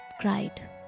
cried